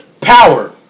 Power